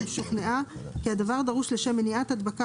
אם שוכנעה כי הדבר דרוש לשם מניעת הדבקה